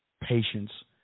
patience